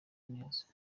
neza